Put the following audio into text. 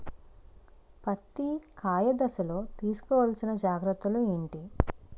పత్తి కాయ దశ లొ తీసుకోవల్సిన జాగ్రత్తలు ఏంటి?